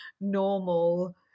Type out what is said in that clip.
normal